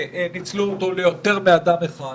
וניצלו אותו ליותר מאדם אחד.